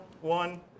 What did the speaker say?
one